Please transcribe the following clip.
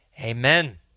Amen